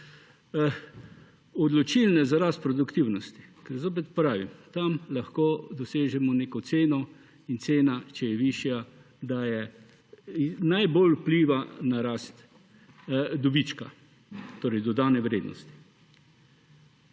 odločilne za rast produktivnosti. Ker zopet pravim, tam lahko dosežemo neko ceno. In če je cena višja, najbolj vpliva na rast dobička, torej dodane vrednosti.